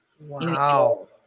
Wow